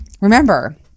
remember